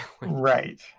Right